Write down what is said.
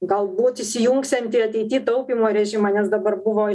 galbūt įsijungsiant į ateityj taupymo režimą nes dabar buvo